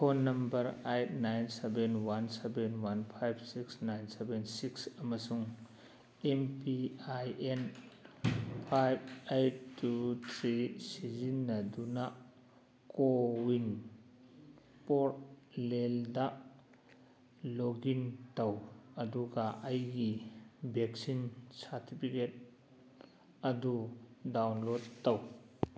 phone number eight nine seven one seven one five six nine seven six ꯑꯃꯁꯨꯡ M P I N five eight two three ꯁꯤꯖꯤꯟꯅꯗꯨꯅ CoWIN ꯄꯣꯔꯇꯦꯜꯗ log in ꯇꯧ ꯑꯗꯨꯒ ꯑꯩꯒꯤ vaccine certificate ꯑꯗꯨ download ꯇꯧ